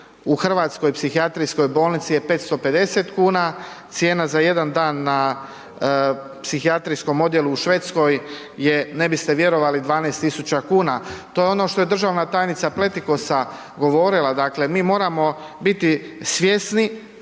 u hrvatskoj psihijatrijskoj bolnici je 550 kuna, cijena za jedan dan na psihijatrijskom odjelu u Švedskoj je, ne biste vjerovali 12 tisuća kuna. To je ono što je državna tajnica Pletikosa govorila, dakle, mi moramo biti svjesni